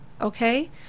okay